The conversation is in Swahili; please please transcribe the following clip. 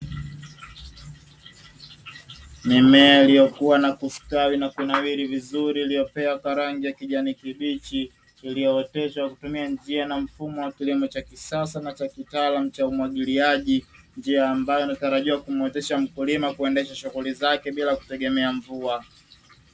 Mimea iliyokuwa na kustawi na kunawiri vizuri iliyopea kwa rangi ya kijani kibichi, iliyooteshwa kwa kutumia njia na mfumo wa kilimo cha kisasa na cha kitaalamu cha umwagiliaji. Njia ambayo inatarajia kumuwezesha mkulima kuendesha shughuli zake bila kutegemea mvua.